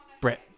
Brett